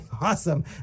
awesome